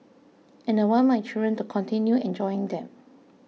and I want my children to continue enjoying them